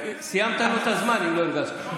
סיימת לו את הזמן, אם לא הרגשת.